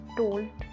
told